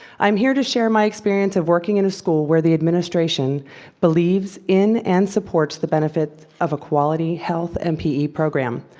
i'm here to share my experience of working a school where the administration believes in and supports the benefits of a quality health and pe program.